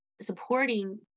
supporting